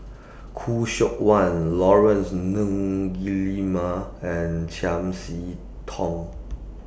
Khoo Seok Wan Laurence Nunns Guillemard and Chiam See Tong